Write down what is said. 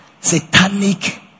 satanic